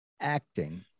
acting